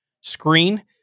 screen